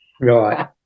Right